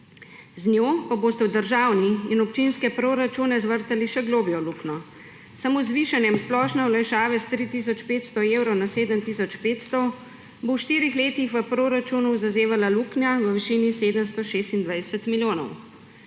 z njo pa boste v državne in občinske proračune zvrtali še globljo luknjo. Samo z zvišanjem splošne olajšave s 3 tisoč 500 evrov na 7 tisoč 500 bo v štirih letih v proračunu zazevala luknja v višini 726 milijonov.